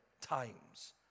times